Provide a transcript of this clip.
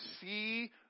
see